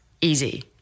easy